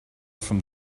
from